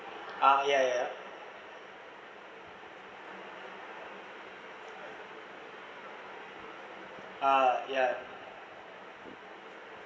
ah ya ya ah ya